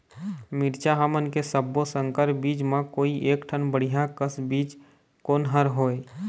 मिरचा हमन के सब्बो संकर बीज म कोई एक ठन बढ़िया कस बीज कोन हर होए?